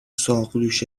ساقدوش